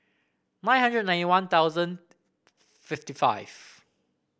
nine hundred ninety One Thousand fifty five